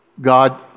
God